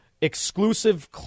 exclusive